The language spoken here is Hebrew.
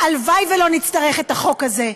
והלוואי שלא נצטרך את החוק הזה,